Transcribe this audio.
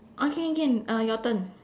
okay can uh your turn